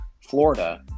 Florida